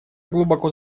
глубоко